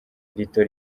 rito